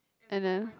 and then